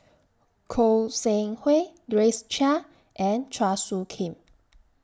Goi Seng Hui Grace Chia and Chua Soo Khim